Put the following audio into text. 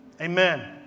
Amen